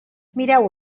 mireu